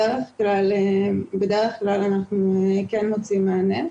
בדרך כלל אנחנו כן מוצאים מענה.